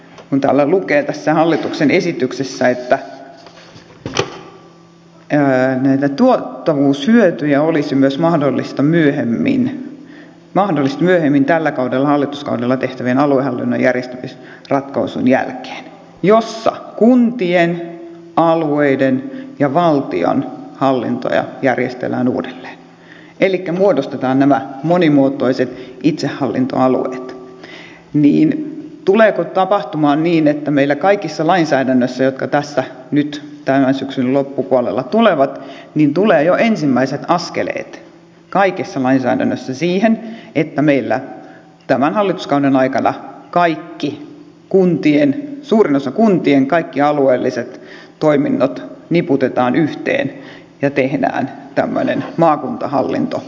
kun tässä hallituksen esityksessä lukee että näitä tuottavuushyötyjä olisi myös mahdollisesti myöhemmin tällä hallituskaudella tehtävän aluehallinnon järjestämisratkaisun jälkeen jossa kuntien alueiden ja valtion hallintoja järjestellään uudelleen elikkä muodostetaan nämä monimuotoiset itsehallintoalueet niin tuleeko tapahtumaan niin että meillä kaikessa lainsäädännössä joka nyt tämän syksyn loppupuolella tulee tulevat jo ensimmäiset askeleet siihen että meillä tämän hallituskauden aikana suurimman osan kunnista kaikki alueelliset toiminnot niputetaan yhteen ja tehdään tämmöinen maakuntahallinto suomi